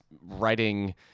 writing